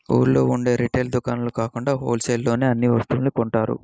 ఊళ్ళో ఉండే రిటైల్ దుకాణాల్లో కాకుండా హోల్ సేల్ లోనే అన్ని వస్తువుల్ని కొంటున్నారు